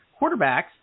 quarterbacks